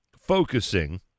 focusing